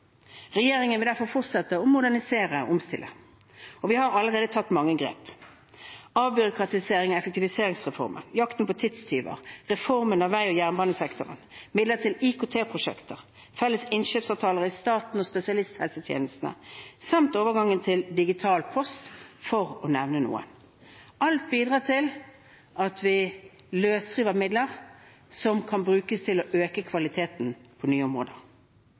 Regjeringen vil derfor fortsette å modernisere og omstille. Vi har allerede tatt mange grep – avbyråkratiserings- og effektiviseringsreformen, jakten på tidstyver, reformen av vei- og jernbanesektoren, midler til IKT-prosjekter, felles innkjøpsavtaler i staten og spesialisthelsetjenestene, samt overgangen til digital post, for å nevne noe. Alt bidrar til at vi løsriver midler som kan brukes til å øke kvaliteten på nye områder.